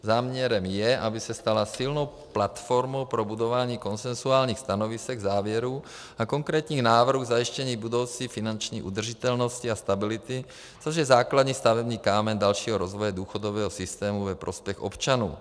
Záměrem je, aby se stala silnou platformou pro budování konsenzuálních stanovisek, závěrů a konkrétních návrhů k zajištění budoucí finanční udržitelnosti a stability, což je základní stavební kámen dalšího rozvoje důchodového systému ve prospěch občanů.